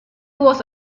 was